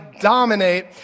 dominate